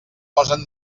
posen